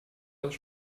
das